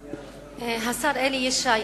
השר אלי ישי,